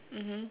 mmhmm